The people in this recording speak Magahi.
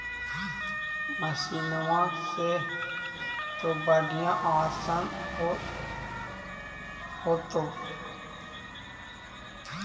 मसिनमा से तो बढ़िया आसन हो होतो?